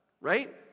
Right